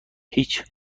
هیچ